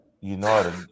United